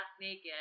naked